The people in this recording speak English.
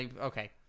Okay